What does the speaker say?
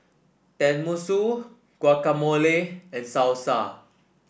Tenmusu Guacamole and Salsa